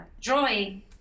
drawing